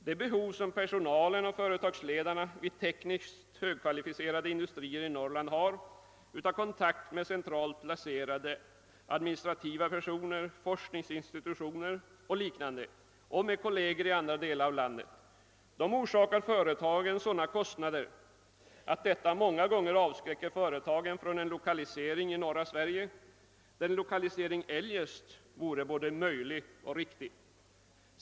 Det behov som personalen och företagsledarna vid tekniskt högkvalificerade industrier i Norrland har av kontakt med centralt placerad administrativ personal, med forskningsinstitutioner o.d. och med kolleger i andra delar av landet orsakar företagen sådana kostnader att detta många gånger avskräcker företagen från en lokalisering i norra Sverige, där en lokalisering eljest vore både möjlig och riktig.